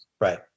Right